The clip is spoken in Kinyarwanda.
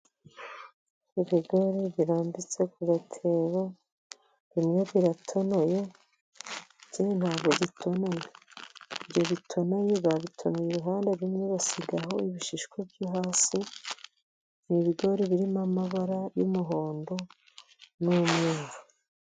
Ibigori birambitse ku gatebo bimwe biratonoye ibindi ntabwo bitonoye, ibyo bitonoye, babitonoye iruhande rumwe basigaho ibishishwa byo hasi, ni ibigori birimo amabara y'umuhondo n'umweru.